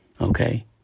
okay